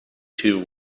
too